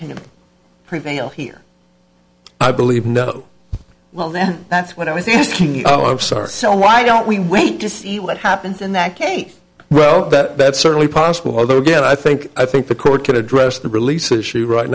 can prevail here i believe no well then that's what i was thinking oh i'm sorry so why don't we wait to see what happens in that case well that's certainly possible although again i think i think the court could address the release issue right